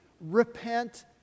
repent